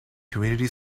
community